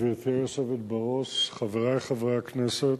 גברתי היושבת בראש, חברי חברי הכנסת,